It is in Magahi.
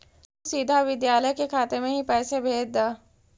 तु सीधा विद्यालय के खाते में ही पैसे भेज द